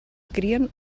crien